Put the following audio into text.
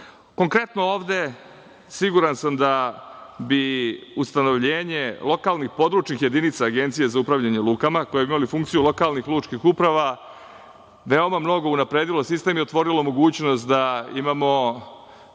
razvoj. Konkretno ovde siguran sam da bi ustanovljenje lokalnih područnih jedinica Agencije za upravljanje lukama, koja ima funkciju lokalnih lučnih uprava, veoma mnogo unapredilo sistem i otvorilo mogućnost da imamo